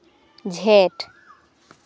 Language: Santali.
ᱡᱷᱮᱸᱴ